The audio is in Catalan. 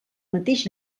mateix